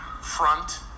front